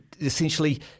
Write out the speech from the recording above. essentially